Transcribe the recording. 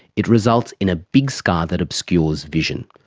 it results in a big scar that obscures vision,